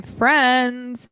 friends